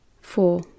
Four